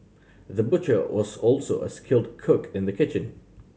the butcher was also a skilled cook in the kitchen